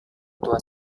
tua